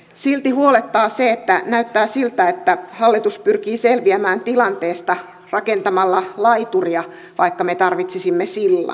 silti huolettaa se että näyttää siltä että hallitus pyrkii selviämään tilanteesta rakentamalla laituria vaikka me tarvitsisimme sillan